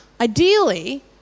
ideally